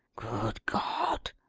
good god!